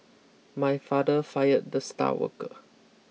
my father fired the star worker